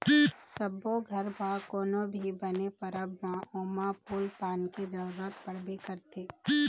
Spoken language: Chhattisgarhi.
सब्बो घर म कोनो भी बने परब म ओमा फूल पान के जरूरत पड़बे करथे